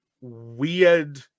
weird